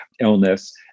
illness